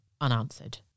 unanswered